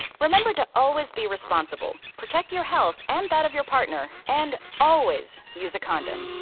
remember to always be responsible, protect your health and that of your partner, and always use a condom.